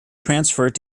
transferred